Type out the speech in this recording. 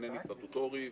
אינני סטטוטורי,